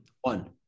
one